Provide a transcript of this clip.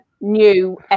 new